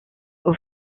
aux